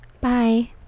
Bye